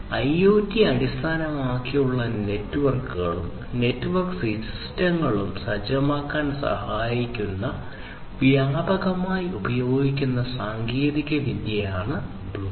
IoT അടിസ്ഥാനമാക്കിയുള്ള നെറ്റ്വർക്കുകളും network സിസ്റ്റങ്ങളും സജ്ജമാക്കാൻ സഹായിക്കുന്ന വ്യാപകമായി ഉപയോഗിക്കുന്ന സാങ്കേതികവിദ്യയാണ് ബ്ലൂടൂത്ത്